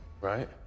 Right